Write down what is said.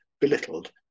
belittled